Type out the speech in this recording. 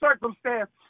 circumstance